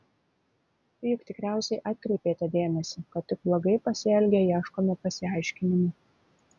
juk tikriausiai atkreipėte dėmesį kad tik blogai pasielgę ieškome pasiaiškinimų